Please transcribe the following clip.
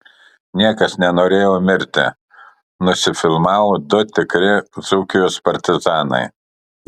niekas nenorėjo mirti nusifilmavo du tikri dzūkijos partizanai